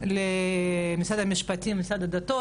למשרד המשפטים ומשרד הדתות,